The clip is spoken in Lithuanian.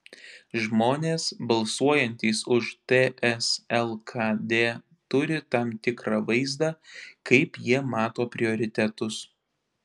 žmonės balsuojantys už ts lkd turi tam tikrą vaizdą kaip jie mato prioritetus